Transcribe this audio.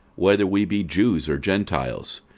whether we be jews or gentiles,